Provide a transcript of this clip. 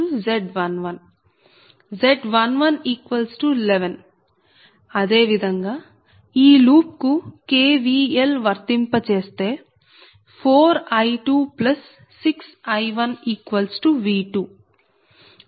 Z1111 అదే విధంగా ఈ లూప్ కు KVL వర్తింపజేస్తే 4×I26×I1V2 V2I1Z216